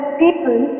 people